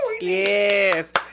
yes